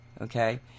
Okay